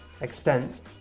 extent